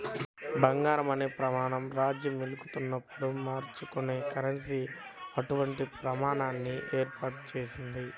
బంగారం అనే ప్రమాణం రాజ్యమేలుతున్నప్పుడు మార్చుకోదగిన కరెన్సీ అటువంటి ప్రమాణాన్ని ఏర్పాటు చేసింది